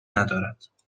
ندارد